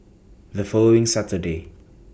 The following Saturday